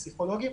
פסיכולוגיים.